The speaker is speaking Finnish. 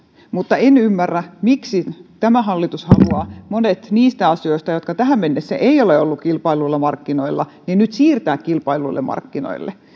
mutta en ymmärrä miksi tämä hallitus haluaa monet niistä asioista jotka tähän mennessä eivät ole olleet kilpailuilla markkinoilla siirtää nyt kilpailluille markkinoille